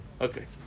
Okay